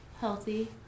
Healthy